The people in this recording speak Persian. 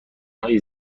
های